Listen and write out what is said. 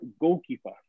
goalkeeper